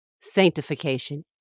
sanctification